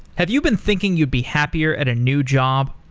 have you been thinking you'd be happier at a new job?